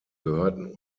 gehörten